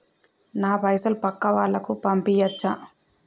నా పైసలు పక్కా వాళ్ళకు పంపియాచ్చా?